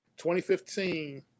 2015